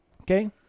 Okay